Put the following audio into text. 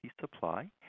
Supply